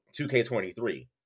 2K23